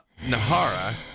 Nahara